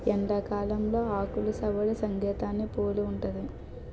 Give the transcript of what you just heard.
ఎండాకాలంలో ఆకులు సవ్వడి సంగీతాన్ని పోలి ఉంటది